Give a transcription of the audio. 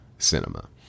cinema